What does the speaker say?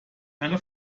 eine